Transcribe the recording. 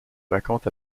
raconte